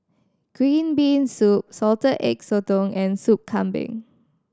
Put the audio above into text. green bean soup Salted Egg Sotong and Sup Kambing